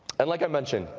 and like i mentioned,